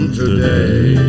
today